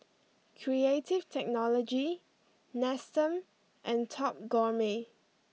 Creative Technology Nestum and Top Gourmet